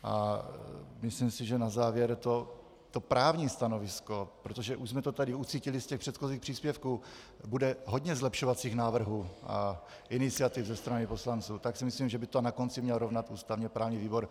A myslím si, že na závěr to právní stanovisko, protože už jsme to tady ucítili z těch předchozích příspěvků, bude hodně zlepšovacích návrhů a iniciativ ze strany poslanců, tak si myslím, že by to na konci měl rovnat ústavněprávní výbor.